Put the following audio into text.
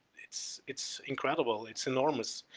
it's, it's incredible its enormous.